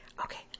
Okay